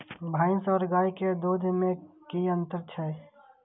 भैस और गाय के दूध में कि अंतर छै?